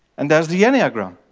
and there's the enneagram,